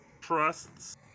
trusts